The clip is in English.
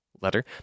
letter